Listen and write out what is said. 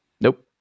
Nope